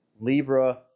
Libra